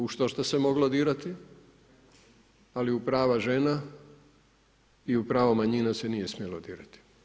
U štošta se moglo dirati ali u prava žena i u pravo manjina se nije smjelo dirati.